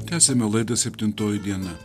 tęsiame laidą septintoji diena